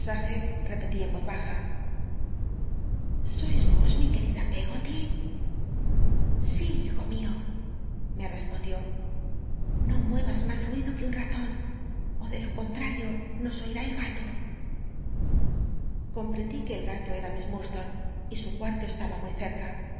repetí en roz baja sois vos mi querida peggoty si hijo mio me respondió no inueras mas uic lo que un raton ó de lo conlmlio nos oin el gato comprendí que el gato era mi s lunlstone y su cuarto estaba muy cerca